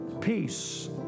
peace